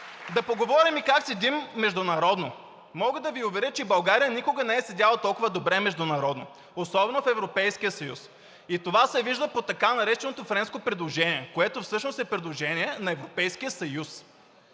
Да поговорим и как седим международно. Мога да Ви уверя, че България никога не е седяла толкова добре международно, особено в Европейския съюз, и това се вижда по така нареченото Френско предложение, което всъщност е предложение на Европейския съюз,